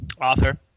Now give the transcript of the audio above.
author